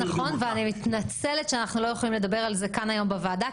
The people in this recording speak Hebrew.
ואני מתנצלת שאנחנו לא יכולים לדבר על זה כאן היום בוועדה.